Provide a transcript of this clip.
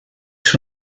ser